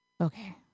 Okay